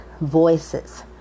voices